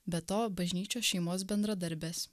be to bažnyčios šeimos bendradarbės